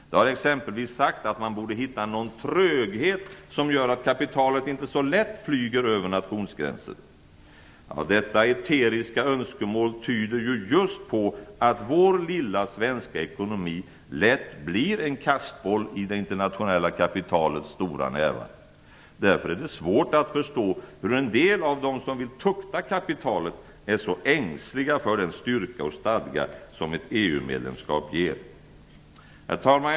Det har exempelvis sagts att man borde hitta någon tröghet som gör att kapitalet inte så lätt flyger över nationsgränsen. Detta eteriska önskemål tyder just på att vår lilla svenska ekonomi lätt blir en kastboll i det internationella kapitalets stora nävar. Därför är det svårt att förstå att en del av dem som vill tukta kapitalet är så ängsliga för den styrka och stadga som ett EU-medlemskap ger. Herr talman!